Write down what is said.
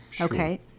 Okay